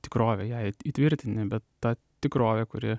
tikrovė ją įt įtvirtini bet ta tikrovė kuri